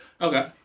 Okay